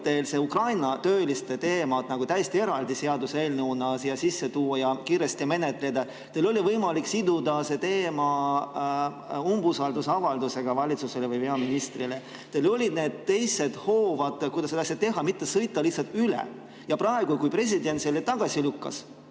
see Ukraina tööliste teema täiesti eraldi seaduseelnõuna siia sisse tuua ja seda kiiresti menetleda. Teil oli võimalik siduda see teema umbusaldusavaldusega valitsusele või peaministrile. Teil olid need teised hoovad, kuidas seda asja teha, mitte sõita lihtsalt üle. Ja praegu, kui president on selle tagasi lükanud,